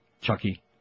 Chucky